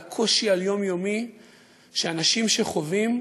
על הקושי היומיומי שאנשים חווים,